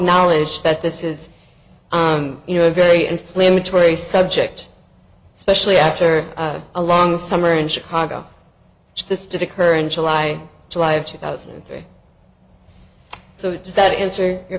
knowledge that this is you know a very inflammatory subject especially after a long summer in chicago this to occur in july july of two thousand and three so does that answer your